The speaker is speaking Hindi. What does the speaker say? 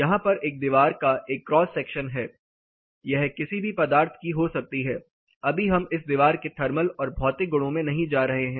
यहां पर एक दीवार का एक क्रॉस सेक्शन है यह किसी भी पदार्थ की हो सकती है अभी हम इस दीवार के थर्मल और भौतिक गुणों में नहीं जा रहे हैं